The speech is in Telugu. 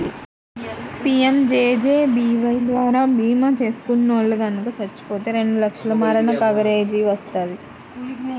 పీయంజేజేబీవై ద్వారా భీమా చేసుకున్నోల్లు గనక చచ్చిపోతే రెండు లక్షల మరణ కవరేజీని వత్తది